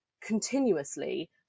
continuously